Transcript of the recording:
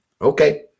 okay